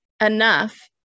enough